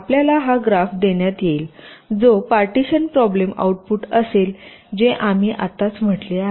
आपल्याला हा ग्राफ देण्यात येईल जो पार्टिशन प्रॉब्लेम आउटपुट असेल जे आम्ही आत्ताच म्हटले आहे